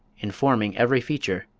informing every feature,